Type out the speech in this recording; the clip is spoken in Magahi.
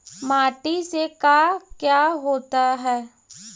माटी से का क्या होता है?